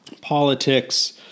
politics